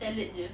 salad jer